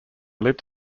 lived